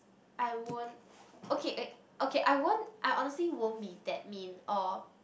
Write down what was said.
I won't okay okay I won't I honestly won't be that mean or